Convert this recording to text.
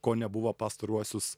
ko nebuvo pastaruosius